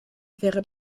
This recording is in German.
wäre